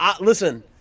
Listen